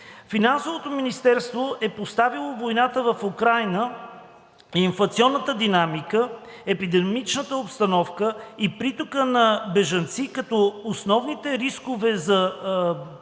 Финансовото министерство е поставило войната в Украйна и инфлационната динамика, епидемичната обстановка и притока на бежанци като основни рискове за прогнозата,